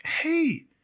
hey